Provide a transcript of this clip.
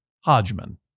Hodgman